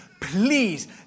please